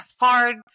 hard-